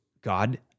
God